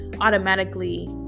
automatically